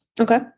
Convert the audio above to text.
Okay